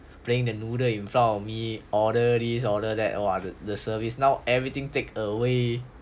playing the noodle in front of me order this order that !wah! the service now everything take away